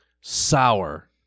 Sour